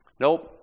Nope